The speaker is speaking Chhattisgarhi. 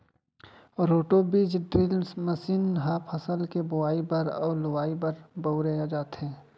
रोटो बीज ड्रिल मसीन ह फसल के बोवई बर अउ लुवाई बर बउरे जाथे